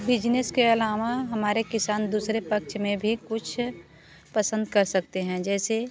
business के अलावा हमारे किसान दूसरे पक्ष में भी कुछ पसंद कर सकते हैं जैसे